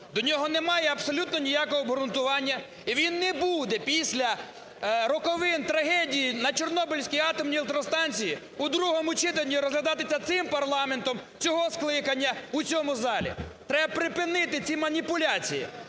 до нього немає абсолютно ніякого обґрунтування, і він не буде після роковин трагедії на Чорнобильській атомній електростанції у другому читанні розглядатися цим парламентом цього скликання у цьому залі. Треба припинити ці маніпуляції,